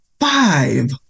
five